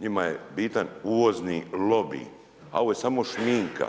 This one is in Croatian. Njima je bitan uvozni lobij a ovo je samo šminka.